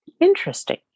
Interesting